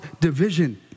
division